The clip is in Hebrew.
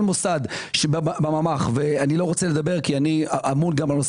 כל מוסד בממ"ח ואיני רוצה לדבר כי אני אמון גם על נושא